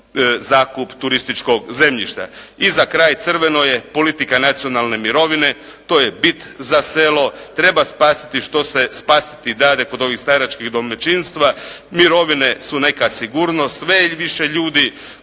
zakup turističkog zemljišta. I za kraj, crveno je, politika nacionalne mirovine, to je bit za selo. Treba spasiti što se spasiti dade kod ovih staračkih domaćinstava. Mirovine su neka sigurnost, sve je više ljudi